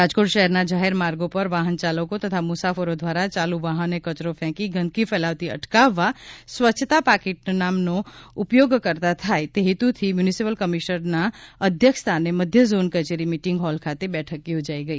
રાજકોટ શહેરના જાહેર માર્ગો પર વાહન ચાલકો તથા મુસાફરો દ્વારા ચાલુ વાહને કચરો ફેંકી ગંદકી ફેલાવતી અટકાવવા સ્વચ્છતા પાકીટ નો ઉપયોગ કરતા થાય તે હેતુથી મ્યુનિસિપલ કમિશનરના અધ્યક્ષ સ્થાને મધ્ય ઝોન કચેરી મિટીંગ હોલ ખાતે બેઠક યોજાઇ ગઇ